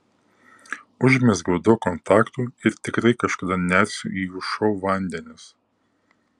užmezgiau daug kontaktų ir tikrai kažkada nersiu į jų šou vandenis